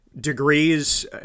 degrees